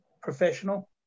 professional